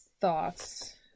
thoughts